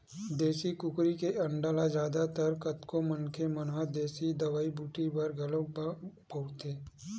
देसी कुकरी के अंडा ल जादा तर कतको मनखे मन ह देसी दवई बूटी बर घलोक बउरथे